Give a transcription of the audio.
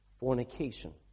Fornication